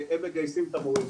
והם מגייסים את המורים.